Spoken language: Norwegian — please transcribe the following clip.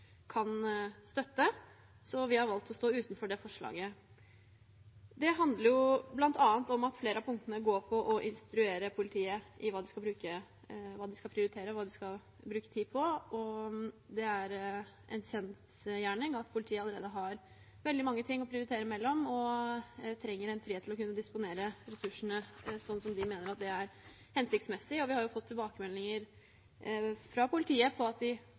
kan støtte, så vi har valgt å stå utenfor det forslaget. Det handler bl.a. om at flere av punktene går på å instruere politiet i hva de skal prioritere og hva de skal bruke tid på. Det er en kjensgjerning at politiet allerede har veldig mange ting å prioritere mellom og trenger frihet til å kunne disponere ressursene sånn som de mener er hensiktsmessig. Vi har fått tilbakemeldinger fra politiet på at de